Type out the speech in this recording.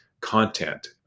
content